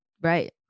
Right